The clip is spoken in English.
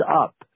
up